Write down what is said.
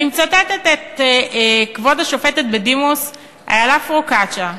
אני מצטטת את כבוד השופטת בדימוס אילה פרוקצ'יה,